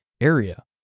area